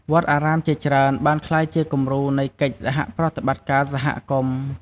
វត្តអារាមជាច្រើនបានក្លាយជាគំរូនៃកិច្ចសហប្រតិបត្តិការសហគមន៍។